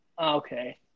Okay